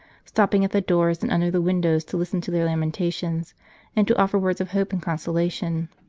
stopping at the doors and under the windows to listen to their lamentations and to offer words of hope and consolation.